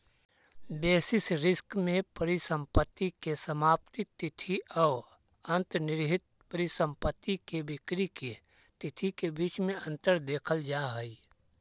basis risk में परिसंपत्ति के समाप्ति तिथि औ अंतर्निहित परिसंपत्ति के बिक्री के तिथि के बीच में अंतर देखल जा हई